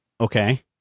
Okay